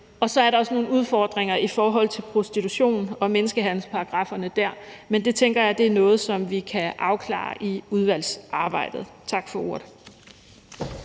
Og så er der nogle udfordringer i forhold til prostitution og menneskehandelsparagrafferne der, men det tænker jeg er noget, som vi kan afklare i udvalgsarbejdet. Tak for ordet.